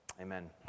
Amen